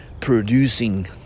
producing